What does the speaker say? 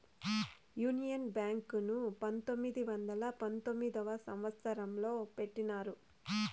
union Bank ను పంతొమ్మిది వందల పంతొమ్మిదవ సంవచ్చరంలో పెట్టినారు